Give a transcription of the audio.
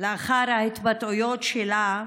לאחר ההתבטאויות שלה.